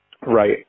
Right